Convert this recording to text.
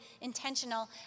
intentional